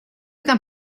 tam